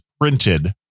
printed